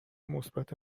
مثبت